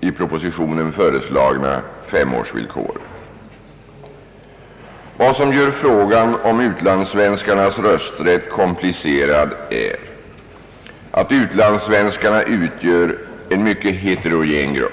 i propositionen föreslagna femårsvillkoret. Vad som gör frågan om utlandssvénskarnas rösträtt komplicerad är att utlandssvenskarna utgör en mycket heterogen grupp.